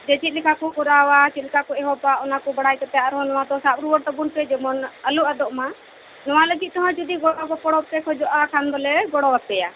ᱡᱮ ᱪᱮᱫ ᱞᱮᱠᱟ ᱠᱚ ᱠᱟᱨᱟᱣᱟ ᱪᱮᱫ ᱞᱮᱠᱟ ᱠᱚ ᱮᱦᱚᱵᱟ ᱚᱱᱟ ᱵᱟᱲᱟᱭ ᱠᱟᱛᱮ ᱟᱨᱦᱚᱸ ᱱᱚᱣᱟ ᱫᱚ ᱥᱟᱵ ᱨᱩᱭᱟᱹᱲ ᱛᱟᱵᱚᱱ ᱯᱮ ᱡᱮᱢᱚᱱ ᱟᱹᱞᱩ ᱟᱫᱚᱜ ᱢᱟ ᱱᱚᱣᱟ ᱞᱟᱹᱜᱤᱫ ᱛᱮᱦᱚᱸ ᱜᱚᱲᱚ ᱜᱚᱯᱚᱲᱚ ᱯᱮ ᱠᱷᱚᱡᱚᱜᱼᱟ ᱠᱦᱟᱱ ᱫᱚᱞᱮ ᱜᱚᱲᱚ ᱟᱯᱮᱭᱟ